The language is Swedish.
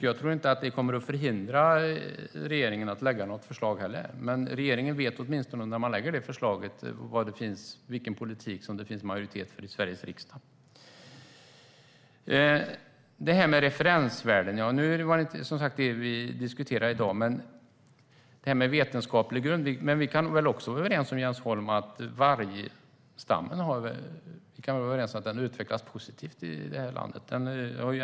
Jag tror inte att vi förhindrar regeringen att lägga fram sitt förslag, men då vet regeringen åtminstone vilken politik som det finns majoritet för i Sveriges riksdag. Referensvärden är inte det som vi diskuterar i dag. När det gäller vetenskaplig grund kan vi väl, Jens Holm, vara överens om vargstammen har utvecklats positivt i det här landet.